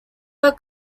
are